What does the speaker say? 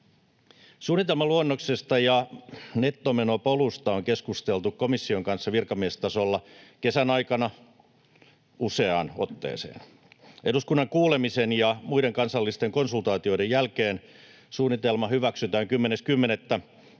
Suunnitelmaluonnoksesta ja nettomenopolusta on keskusteltu komission kanssa virkamiestasolla kesän aikana useaan otteeseen. Eduskunnan kuulemisen ja muiden kansallisten konsultaatioiden jälkeen suunnitelma hyväksytään 10.10.